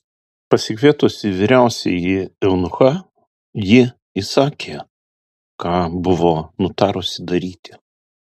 pasikvietusi vyriausiąjį eunuchą ji įsakė ką buvo nutarusi daryti